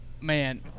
Man